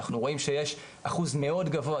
אנחנו רואים שיש אחוז מאוד גבוה,